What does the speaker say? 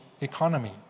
economy